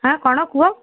ହାଁ କ'ଣ କୁହ